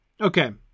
okay